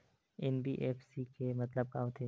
NBFC के मतलब का होथे?